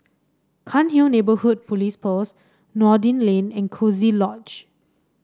Cairnhill Neighbourhood Police Post Noordin Lane and Coziee Lodge